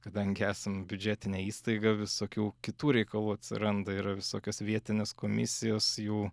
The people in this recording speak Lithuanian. kadangi esam biudžetinė įstaiga visokių kitų reikalų atsiranda yra visokios vietinės komisijos jų